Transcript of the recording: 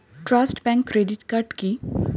Trust bank credit card কি?